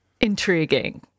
intriguing